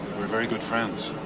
were very good friends.